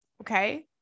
Okay